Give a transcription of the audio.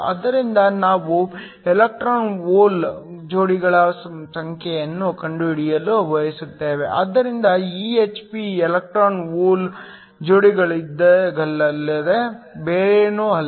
ಆದ್ದರಿಂದ ನಾವು electron hole ಜೋಡಿಗಳ ಸಂಖ್ಯೆಯನ್ನು ಕಂಡುಹಿಡಿಯಲು ಬಯಸುತ್ತೇವೆ ಆದ್ದರಿಂದ EHP ಎಲೆಕ್ಟ್ರಾನ್ ಹೋಲ್ ಜೋಡಿಗಳಲ್ಲದೆ ಬೇರೇನೂ ಅಲ್ಲ